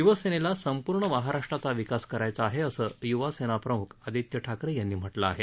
शिवसेनेला संपूर्ण महाराष्ट्राचा विकास करायचा आहे असं युवासेनाप्रमुख आदित्य ठाकरे यांनी म्हटलं आहे